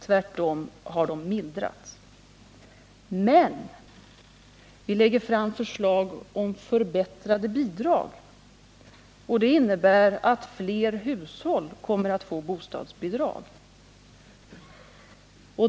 Tvärtom har de mildrats. Men vi lägger fram förslag om förbättrade bidrag, och det innebär att fler hushåll kommer att få bostadsbidrag.